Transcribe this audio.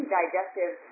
digestive